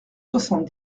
soixante